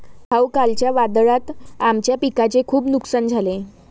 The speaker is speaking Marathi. भाऊ, कालच्या वादळात आमच्या पिकाचे खूप नुकसान झाले